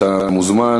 אתה מוזמן.